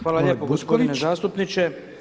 Hvala lijepo gospodine zastupniče.